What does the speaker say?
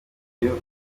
iyo